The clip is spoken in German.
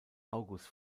august